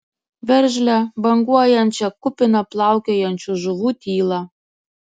veržlią banguojančią kupiną plaukiojančių žuvų tylą